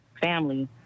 family